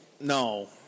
No